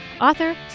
author